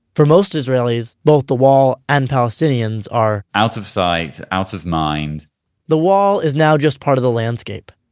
for most israelis, both the wall and palestinians are, out of sight, out of mind the wall is now just part of the landscape.